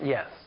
Yes